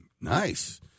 Nice